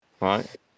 right